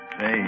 Hey